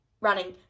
running